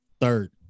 third